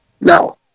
No